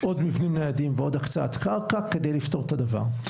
עוד מבנים ניידים ועוד הקצאת קרקע כדי לפתור את הדבר.